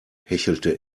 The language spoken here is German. hechelte